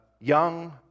young